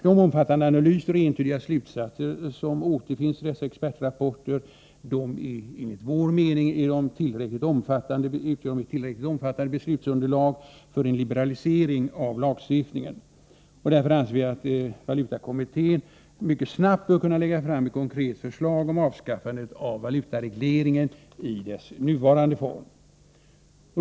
De omfattande analyser och entydiga slutsatser som återfinns i dessa expertrapporter utgör enligt vår mening ett tillräckligt omfattande beslutsunderlag för en liberalisering av lagstiftningen. Därför anser vi att valutakommittén mycket snabbt bör kunna lägga fram ett konkret förslag om avskaffande av valutaregleringen i dess nuvarande form.